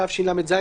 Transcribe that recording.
התשל"ז